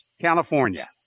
California